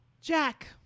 Jack